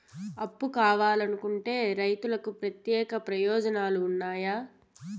అప్పు కావాలనుకునే రైతులకు ప్రత్యేక ప్రయోజనాలు ఉన్నాయా?